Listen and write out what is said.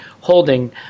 holding